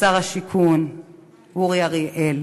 לשר השיכון אורי אריאל,